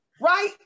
Right